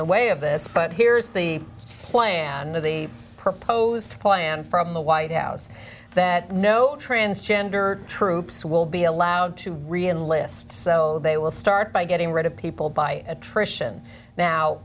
the way of this but here's the plan the proposed plan from the white house that no transgender troops will be allowed to re and list so they will start by getting rid of people by attrition now